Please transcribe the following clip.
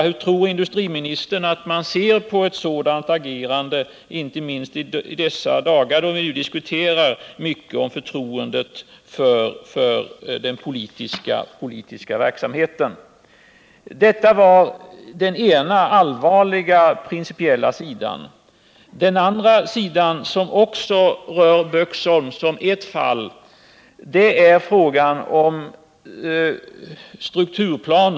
Hur tror industriministern att de ser på ett sådant agerande, inte minst i dessa dagar, då vi så mycket diskuterar förtroendet för den politiska verksamheten? Detta var den allvarliga principiella sidan av saken. Den andra sidan, där Böksholm kommer in som ett fall bland flera, gäller frågan om en strukturplan.